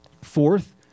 Fourth